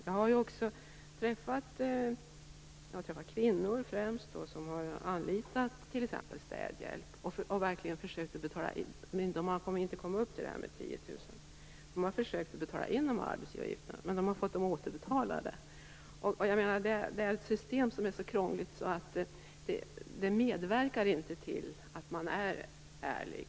Jag har träffat främst kvinnor som har anlitat t.ex. städhjälp, som inte har kommit upp i 10 000 kr men som har försökt betala in arbetsgivaravgifterna. De har fått dem återbetalade. Systemet är alltså så krångligt att det inte medverkar till att man är ärlig.